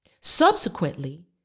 Subsequently